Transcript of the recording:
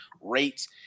rates